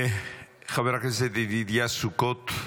חבר הכנסת ידידיה סוכות,